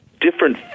different